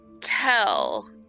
tell